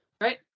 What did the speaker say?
Right